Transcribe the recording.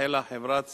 החלה חברת "סיטיפס"